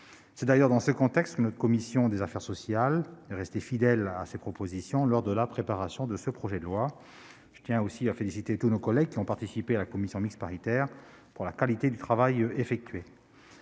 social. Dans ce contexte, la commission des affaires sociales est restée fidèle à ses propositions lors de la préparation de ce projet de loi. Je tiens aussi à féliciter tous nos collègues qui ont participé à la commission mixte paritaire de la qualité du travail effectué.